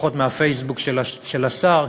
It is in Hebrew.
לפחות מהפייסבוק של השר,